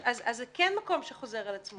יש, אז זה כן מקום שחוזר על עצמו.